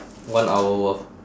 one hour worth